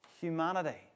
humanity